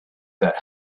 that